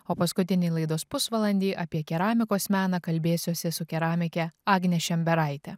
o paskutinį laidos pusvalandį apie keramikos meną kalbėsiuosi su keramike agne šemberaite